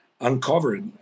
uncovered